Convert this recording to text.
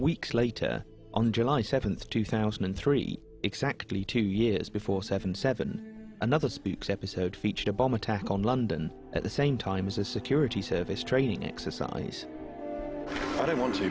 weeks later on july seventh two thousand and three exactly two years before seven seven another speaks episode features a bomb attack on london at the same time as a security service training exercise that i want to